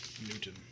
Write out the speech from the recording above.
Newton